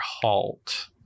halt